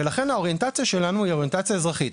ולכן האוריינטציה שלנו היא אוריינטציה אזרחית,